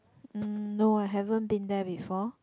um no I haven't been there before